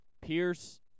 Pierce